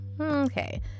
okay